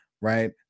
right